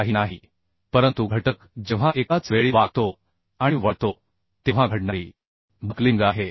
हे काही नाही परंतु घटक जेव्हा एकाच वेळी वाकतो आणि वळतो तेव्हा घडणारी बक्लिंग आहे